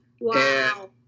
Wow